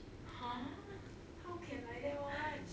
!huh! how can like that [one]